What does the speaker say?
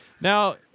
Now –